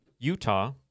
Utah